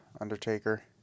Undertaker